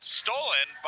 stolen